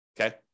Okay